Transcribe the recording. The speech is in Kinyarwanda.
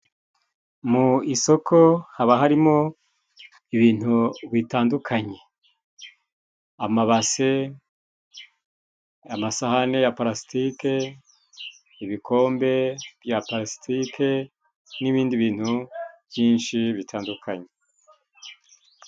Mu isoko haba harimo ibintu bitandukanye:amabase, amasahani ya pulasitike, ibikombe bya pulasitike n'ibindi bintu byinshi bitandukanye.